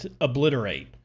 obliterate